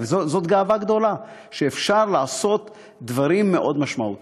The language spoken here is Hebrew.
זאת גאווה גדולה שאפשר לעשות דברים מאוד משמעותיים.